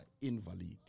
invalid